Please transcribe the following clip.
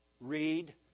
read